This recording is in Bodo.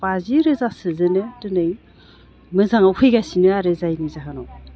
बाजि रोजा सोजोनो दिनै मोजाङाव फैगासिनो आरो जायनि जाहोनाव